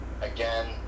Again